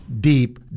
deep